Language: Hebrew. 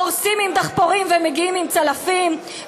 הורסים עם דחפורים ומגיעים עם צלפים,